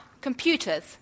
computers